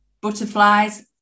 butterflies